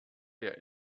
der